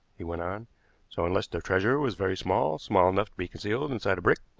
he went on so unless the treasure was very small, small enough to be concealed inside a brick,